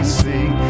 sing